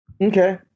Okay